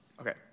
Okay